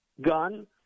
gun